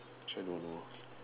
actually I don't know